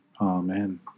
Amen